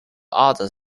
other